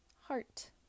heart